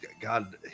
God